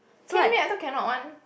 can meh I thought cannot one